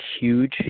huge